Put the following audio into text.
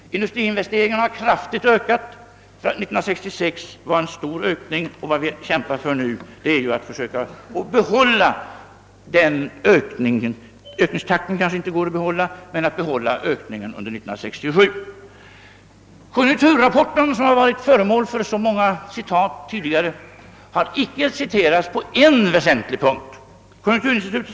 Industriinvesteringarna har kraftigt ökat: år 1966 var det en stor ökning, och vad vi kämpar för nu är att försöka behålla denna ökning — ökningstakten kanske det inte går att behålla under 1967. Konjunkturinstitutets rapport, som varit föremål för så många citat tidigare, har dock icke citerats på en väsentlig punkt.